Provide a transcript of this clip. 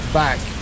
back